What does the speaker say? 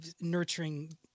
nurturing